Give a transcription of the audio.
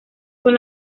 con